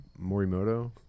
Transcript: Morimoto